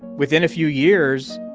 within a few years,